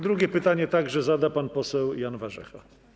Drugie pytanie także zada pan poseł Jan Warzecha.